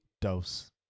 Dose